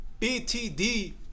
BTD